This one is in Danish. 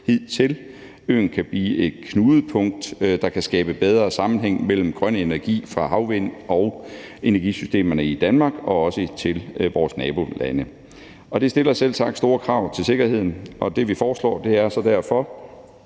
hidtil. Øen kan blive et knudepunkt, der kan skabe bedre sammenhæng mellem grøn energi fra havvind og energisystemerne i Danmark og også vores nabolande. Det stiller selvsagt store krav til sikkerheden, og det, vi foreslår, er derfor,